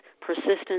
persistence